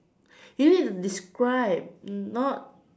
you need to describe not